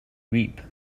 reap